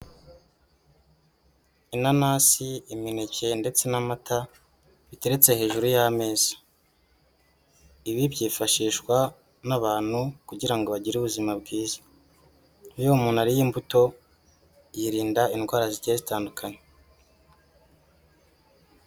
Inanasi, imineke ndetse n'amata, bteretse hejuru y'ameza ibi byifashishwa n'abantu kugira ngo bagire ubuzima bwiza, iyo umuntu ariye imbuto yirinda indwara zigiye zitandukanye.